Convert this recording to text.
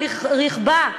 על רכבה,